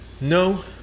No